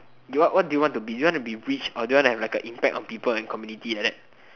what do you want to be you want to be rich or you want to have impact on people and community like that